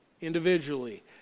individually